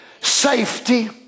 safety